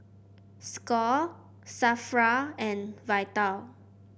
Score Safra and Vital